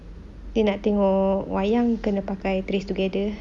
dia nak tengok wayang kena pakai place together